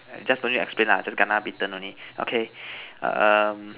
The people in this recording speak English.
just don't need explain lah just kena beaten only okay um